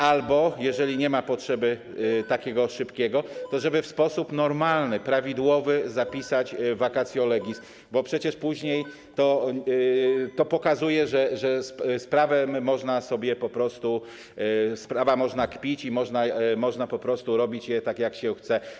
Albo jeżeli nie ma potrzeby takiego szybkiego, to żeby w sposób normalny, prawidłowy zapisać vacatio legis, bo przecież później to pokazuje, że z prawem można sobie po prostu... z prawa można kpić i można po prostu robić je tak jak się chce.